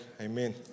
amen